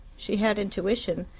she had intuition,